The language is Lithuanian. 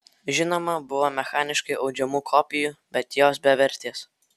žinoma buvo mechaniškai audžiamų kopijų bet jos bevertės